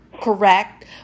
correct